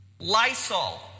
Lysol